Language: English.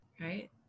right